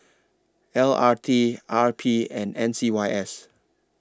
L R T R P and M C Y S